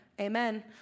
amen